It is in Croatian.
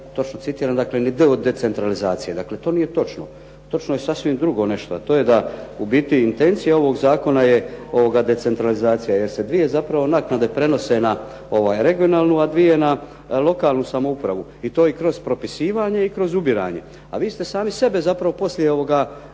točno citiram, dakle ni d od decentralizacije. Dakle to nije točno. Točno je sasvim drugo nešto, a to je da u biti intencija ovog zakona je decentralizacija, jer se dvije zapravo naknade prenose na regionalnu, a dvije na lokalnu samoupravu, i to i kroz propisivanje i kroz ubiranje. A vi ste sami sebe zapravo poslije